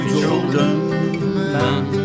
children